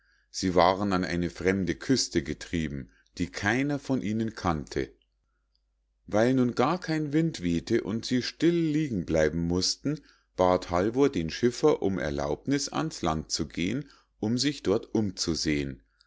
sie waren an eine fremde küste getrieben die keiner von ihnen kannte weil nun gar kein wind weh'te und sie still liegen bleiben mußten bat halvor den schiffer um erlaubniß ans land zu gehen um sich dort umzusehen